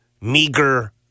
meager